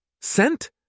Sent